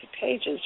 pages